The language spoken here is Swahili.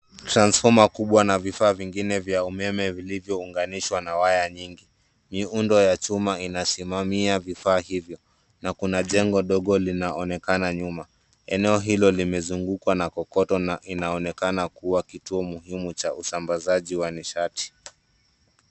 Transformer kubwa na vifaa vingine vya umeme vilivyounganishwa na waya nyingi. Miundo ya chuma inasimamia vifaa hivyo na kuna jengo dogo linaonekana nyuma. Eneo hilo limezungukwa na kokoto na inaonekana kuwa kituo muhimu cha usambazaji wa nishati.